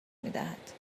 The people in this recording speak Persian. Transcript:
میدهد